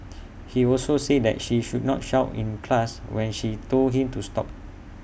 he also said that she should not shout in class when she told him to stop